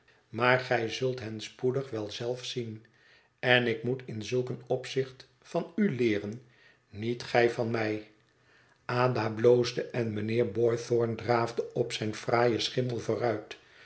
maar gij zult hen spoedig wel zelf zien en ik moet in zulk een opzicht van u leeren niet gij van mij ada bloosde en mijnheer boythorn draafde op zijn fraaien schimmel vooruit